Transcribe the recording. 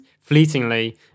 fleetingly